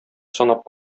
санап